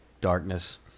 darkness